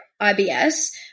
IBS